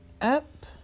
up